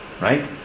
Right